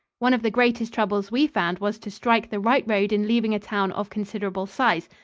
one of the greatest troubles we found was to strike the right road in leaving a town of considerable size,